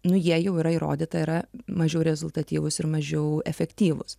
nu jie jau yra įrodyta yra mažiau rezultatyvūs ir mažiau efektyvūs